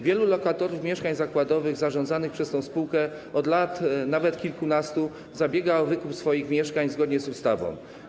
Wielu lokatorów mieszkań zakładowych zarządzanych przez tę spółkę od nawet kilkunastu lat zabiega o wykup swoich mieszkań zgodnie z ustawą.